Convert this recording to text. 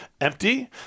empty